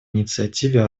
инициативе